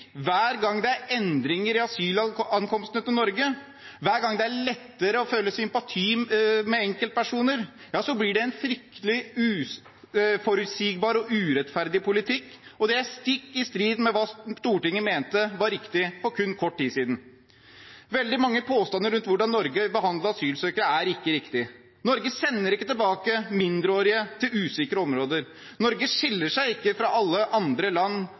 hver gang det er endringer i asylankomstene til Norge, hver gang det er lettere å føle sympati med enkeltpersoner, blir det en fryktelig uforutsigbar og urettferdig politikk, og det er stikk i strid med hva Stortinget mente var riktig for kun kort tid siden. Veldig mange påstander rundt hvordan Norge behandler asylsøkere, er ikke riktige. Norge sender ikke tilbake mindreårige til usikre områder. Norge skiller seg ikke fra alle andre land